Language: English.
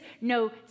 no